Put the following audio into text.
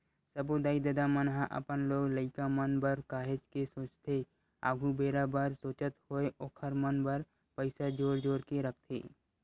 सब्बो दाई ददा मन ह अपन लोग लइका मन बर काहेच के सोचथे आघु बेरा बर सोचत होय ओखर मन बर पइसा जोर जोर के रखथे